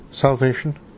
salvation